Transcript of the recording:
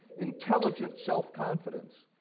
intelligent self-confidence,